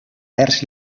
vers